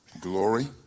glory